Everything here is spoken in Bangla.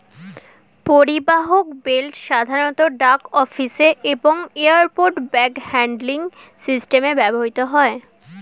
পরিবাহক বেল্ট সাধারণত ডাক অফিসে এবং এয়ারপোর্ট ব্যাগ হ্যান্ডলিং সিস্টেমে ব্যবহৃত হয়